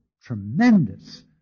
Tremendous